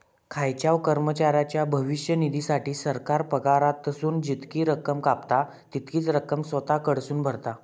खायच्याव कर्मचाऱ्याच्या भविष्य निधीसाठी, सरकार पगारातसून जितकी रक्कम कापता, तितकीच रक्कम स्वतः कडसून भरता